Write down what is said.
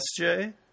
SJ